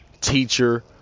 teacher